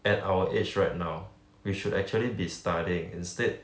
at our age right now we should actually be studying instead